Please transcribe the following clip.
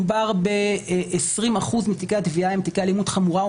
מדובר ב-20% מתיקי התביעה שהם תיקי אלימות חמורה,